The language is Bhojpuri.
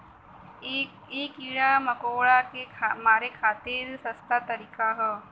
इ कीड़ा मकोड़ा के मारे खातिर सस्ता तरीका हौ